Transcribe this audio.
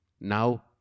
Now